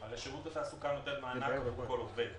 הרי שירות התעסוקה נותן מענק לכל עובד.